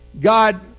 God